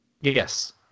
Yes